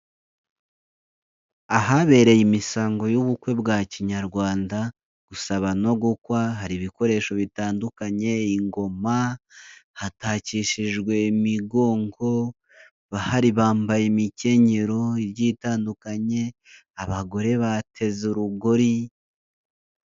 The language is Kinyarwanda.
Ahabereye imisango y'ubukwe bwa kinyarwanda, gusaba no gukwa hari ibikoresho bitandukanye ingoma, hatakishijwe imigongo, abahari bambaye imikenyero igiye itandukanye, abagore bateze urugori.